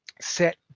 set